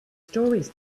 stories